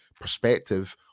perspective